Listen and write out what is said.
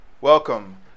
Welcome